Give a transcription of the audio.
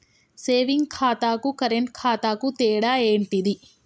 Saving ఖాతాకు current ఖాతాకు తేడా ఏంటిది?